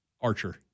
archer